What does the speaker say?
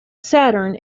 saturn